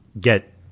get